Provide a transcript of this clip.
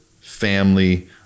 family